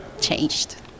changed